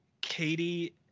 Katie